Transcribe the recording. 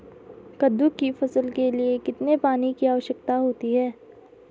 कद्दू की फसल के लिए कितने पानी की आवश्यकता होती है?